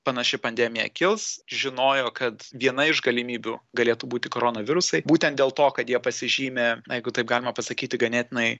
panaši pandemija kils žinojo kad viena iš galimybių galėtų būti koronavirusai būtent dėl to kad jie pasižymi jeigu taip galima pasakyti ganėtinai